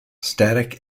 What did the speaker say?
static